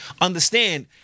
understand